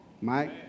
Mike